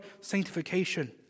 Sanctification